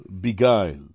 beguiled